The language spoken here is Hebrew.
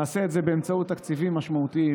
נעשה את זה באמצעות תקציבים משמעותיים,